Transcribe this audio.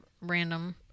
random